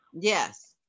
Yes